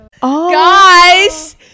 Guys